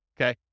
okay